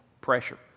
pressure